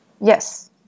Yes